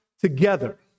together